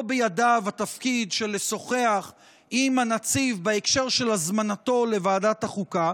לא בידיו התפקיד של לשוחח עם הנציב בהקשר של הזמנתו לוועדת החוקה,